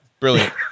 Brilliant